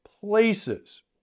places